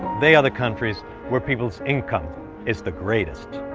they are the countries where people's income is the greatest.